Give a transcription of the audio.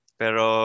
pero